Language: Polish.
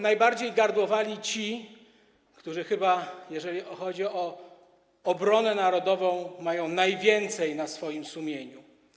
Najbardziej gardłowali ci, którzy mają chyba, jeżeli chodzi o obronę narodową, najwięcej na swoim sumieniu.